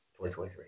2023